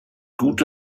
gute